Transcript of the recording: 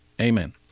amen